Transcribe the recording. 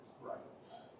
rights